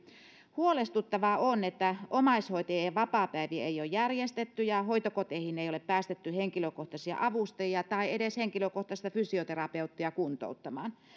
huolestuttavaa on että omaishoitajien vapaapäiviä ei ole järjestetty ja hoitokoteihin ei ole päästetty henkilökohtaisia avustajia tai edes henkilökohtaista fysioterapeuttia kuntouttamaan